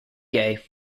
gay